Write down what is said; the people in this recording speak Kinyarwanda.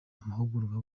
amahugurwa